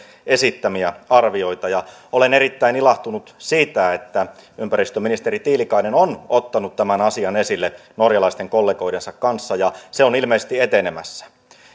esittämiä arvioita olen erittäin ilahtunut siitä että ympäristöministeri tiilikainen on ottanut tämän asian esille norjalaisten kollegoidensa kanssa ja se on ilmeisesti etenemässä